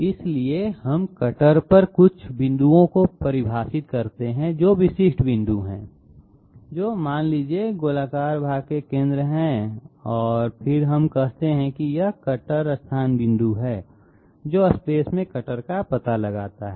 इसलिए हम कटर पर कुछ बिंदुओं को परिभाषित करते हैं जो विशिष्ट बिंदु हैं जो मान लीजिए गोलाकार भाग के केंद्र हैं और फिर हम कहते हैं कि यह एक कटर स्थान बिंदु है जो स्पेस में कटर का पता लगाता है